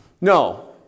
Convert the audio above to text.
No